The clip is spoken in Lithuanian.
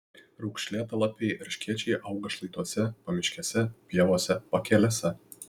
raukšlėtalapiai erškėčiai auga šlaituose pamiškėse pievose pakelėse